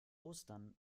ostern